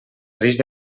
risc